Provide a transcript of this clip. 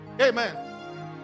Amen